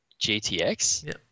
GTX